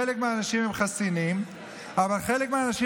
חלק מהאנשים הם חסינים אבל חלק מהאנשים